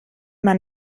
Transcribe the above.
man